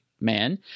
man